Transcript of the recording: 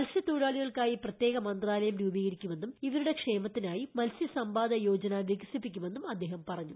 മത്സ്യത്തൊ ഴിലാളികൾക്കായി പ്രത്യേക മന്ത്രാലയം രൂപീകരിക്കുമെന്നും ഇവരുടെ ക്ഷേമത്തിനായി മത്സ്യ സമ്പാദ യോജന വികസിപ്പിക്കു മെന്നും അദ്ദേഹം പറഞ്ഞു